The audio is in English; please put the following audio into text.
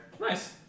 Nice